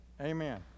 amen